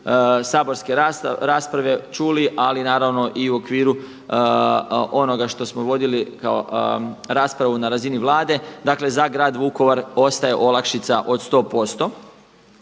saborske rasprave čuli ali naravno i u okviru onoga što smo vodili kao raspravu na razini Vlade. Dakle, za grad Vukovar ostaje olakšica od 100%.